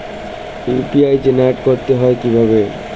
UPI generate করতে হয় কিভাবে?